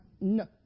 No